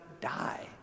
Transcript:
die